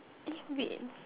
eh wait